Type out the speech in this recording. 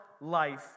life